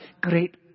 great